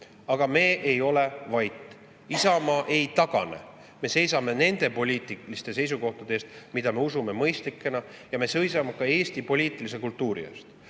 Aga me ei ole vait. Isamaa ei tagane. Me seisame nende poliitiliste seisukohtade eest, mida me peame mõistlikeks, ja me seisame ka Eesti poliitilise kultuuri eest.